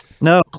No